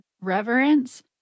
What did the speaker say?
Reverence